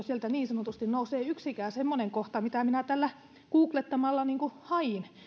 sieltä niin sanotusti nousee yksikään semmoinen kohta mitä minä tällä googlettamalla hain